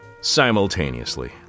simultaneously